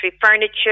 furniture